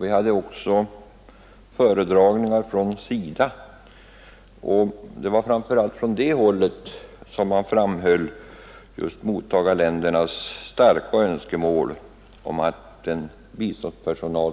Vi hade också föredragningar från SIDA. Det var särskilt från det hållet som man framhöll att den biståndspersonal